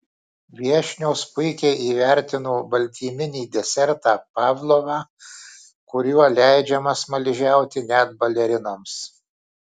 viešnios puikiai įvertino baltyminį desertą pavlovą kuriuo leidžiama smaližiauti net balerinoms